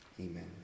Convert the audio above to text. Amen